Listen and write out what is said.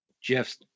Jeff's